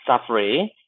suffering